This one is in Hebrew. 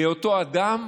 לאותו אדם,